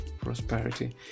prosperity